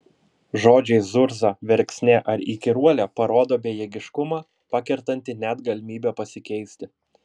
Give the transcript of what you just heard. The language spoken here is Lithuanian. žodžiai zurza verksnė ar įkyruolė parodo bejėgiškumą pakertantį net galimybę pasikeisti